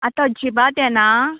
आतां अजिबात येना